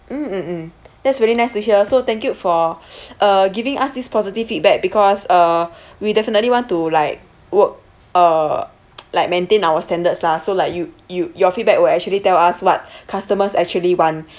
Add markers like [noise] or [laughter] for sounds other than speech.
mm mm mm that's really nice to hear so thank you for [noise] uh giving us this positive feedback because uh we definitely want to like work uh [noise] like maintain our standards lah so like you you your feedback will actually tell us what customers actually want